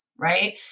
right